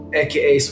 aka